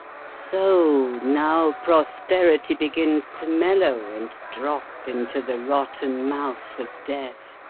so, now prosperity begins to mellow, and drop into the rotten mouth of death.